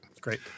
Great